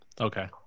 Okay